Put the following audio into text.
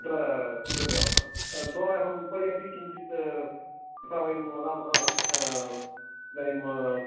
त त्र योजयामः दोलायाः उपरि अपि किञ्चित् तथा वयं वदामः इदानीम्